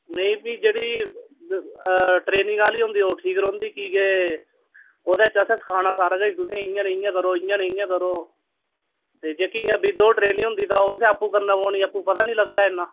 नेईं फ्ही जेह्ड़ी ट्रेनिंग आह्ली होंदी ओह् ठीक रौंह्दी कि के ओह्दे च असें सखाना सारा किश तु'सें गी इ'यां नेईं इ'यां करो इ'यां नेईं इ'यां करो ते जेह्की इ'यां विदाउट ट्रेनिंग होंदी तां ओह् तुसें आपूं करनी पौनी आपूं पता नेईं लगदा ऐ इ'न्ना